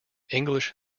english